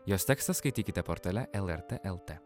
jos tekstą skaitykite portale lrt lt